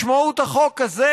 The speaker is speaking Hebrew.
משמעות החוק הזה